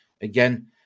Again